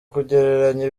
kugereranya